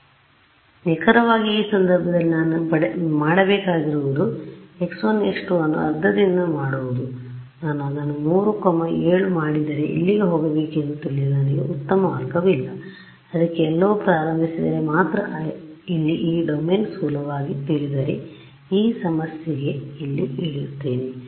ಹೌದು ನಿಖರವಾಗಿ ಈ ಸಂದರ್ಭದಲ್ಲಿ ನಾನು ಮಾಡಬೇಕಾಗಿರುವುದು x1 x2 ಅನ್ನು ಅರ್ಧದಿಂದ ಮಾಡುವುದು ನಾನು ಅದನ್ನು 3 7 ಮಾಡಿದರೆ ಎಲ್ಲಿಗೆ ಹೋಗಬೇಕೆಂದು ತಿಳಿಯಲು ನನಗೆ ಉತ್ತಮ ಮಾರ್ಗವಿಲ್ಲ ಅದಕ್ಕೆ ಎಲ್ಲೋ ಪ್ರಾರಂಭಿಸಿದರೆ ಮಾತ್ರ ಇಲ್ಲಿ ಈ ಡೊಮೇನ್ ಸ್ಥೂಲವಾಗಿ ತಿಳಿದರೆ ಈ ಸಮಸ್ಯೆಗೆ ಇಲ್ಲಿ ಇಳಿಯುತ್ತೇನೆ